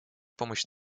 помощь